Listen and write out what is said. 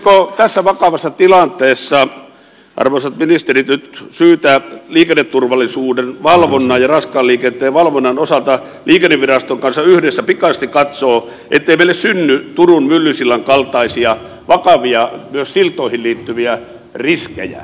olisiko tässä vakavassa tilanteessa arvoisat ministerit nyt syytä liikenneturvallisuuden valvonnan ja raskaan liikenteen valvonnan osalta liikenneviraston kanssa yhdessä pikaisesti katsoa ettei meille synny turun myllysillan kaltaisia vakavia myös siltoihin liittyviä riskejä